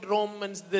Romans